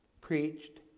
preached